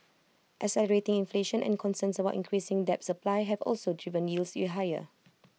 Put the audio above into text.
accelerating inflation and concerns about increasing debt supply have also driven yields higher